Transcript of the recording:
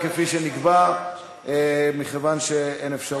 כבוד השר,